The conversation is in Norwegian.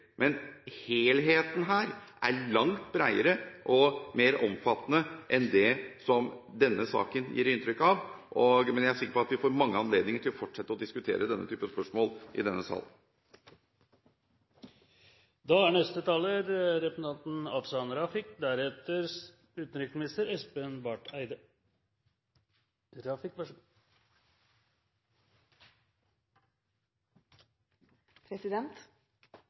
men helheten her er langt bredere og mer omfattende enn det som denne saken gir inntrykk av. Jeg er sikker på at vi får mange anledninger til å fortsette å diskutere denne typen spørsmål i denne sal. Jeg vil starte med å slå fast at økt handel er